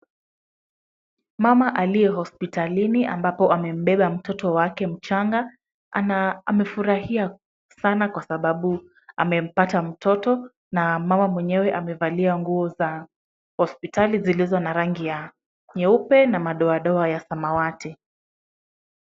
Mama aliye hospitalini ambapo amembeba mtoto wake mchanga amefurahia sana kwa sababu amempata mtoto na mama mwenyewe amevalia nguo za hospitali zilizo na rangi ya nyeupe na madoadoa ya samawati.